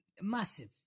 massive